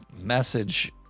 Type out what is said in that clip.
message